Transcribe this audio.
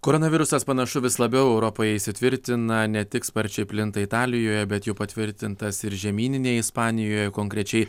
koronavirusas panašu vis labiau europoje įsitvirtina ne tik sparčiai plinta italijoje bet jau patvirtintas ir žemyninėj ispanijoje konkrečiai